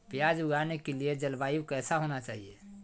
प्याज उगाने के लिए जलवायु कैसा होना चाहिए?